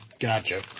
Gotcha